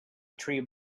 tree